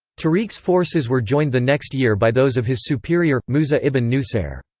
tariq's forces were joined the next year by those of his superior, musa ibn nusair.